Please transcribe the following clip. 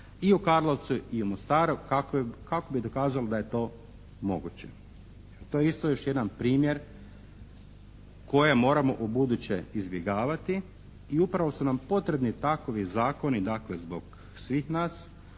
i u Karlovcu i u Mostaru kako bi dokazala da je to moguće. To je isto još jedan primjer koje moramo ubuduće izbjegavati i upravo su nam potrebni takovi zakoni dakle zbog svih nas,